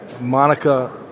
Monica